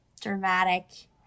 dramatic